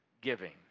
giving